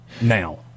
now